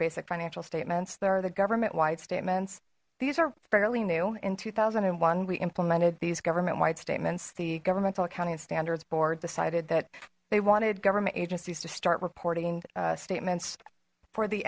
basic financial statements there are the government wide statements these are fairly new in two thousand and one we implemented these government wide statements the governmental accounting standards board decided that they wanted government agencies to start reporting statements for the